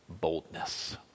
boldness